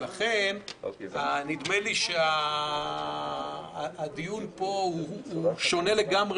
ולכן נדמה לי שהדיון פה הוא שונה לגמרי